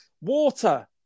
water